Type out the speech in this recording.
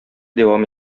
дәвам